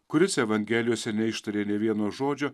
kuris evangelijose neištarė nė vieno žodžio